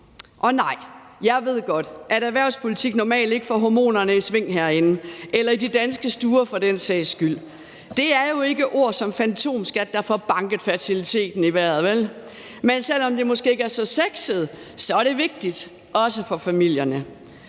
Og nej, jeg ved godt, at erhvervspolitik normalt ikke får hormonerne i sving herinde eller i de danske stuer for den sags skyld. Det er jo ikke ord som fantomskat, der får banket fertiliteten i vejret, vel, men selv om det måske ikke er så sexet, er det vigtigt også for familierne.